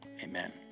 amen